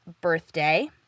birthday